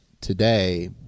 today